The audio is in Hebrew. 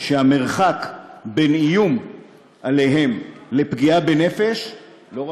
שהמרחק בין איום עליהם לפגיעה בנפש לא רחוק.